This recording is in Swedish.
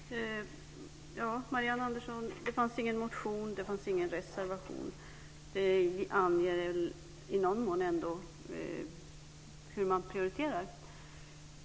Herr talman! Marianne Andersson, det fanns ingen motion, och det fanns ingen reservation. Det anger väl i någon mån ändå hur man prioriterar.